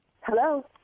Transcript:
Hello